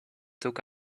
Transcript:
took